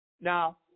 Now